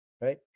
right